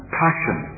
passion